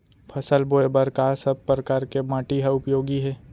फसल बोए बर का सब परकार के माटी हा उपयोगी हे?